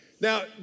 Now